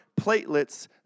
platelets